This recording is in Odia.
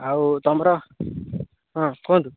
ଆଉ ତମର ହଁ କୁହନ୍ତୁ